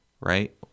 right